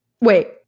Wait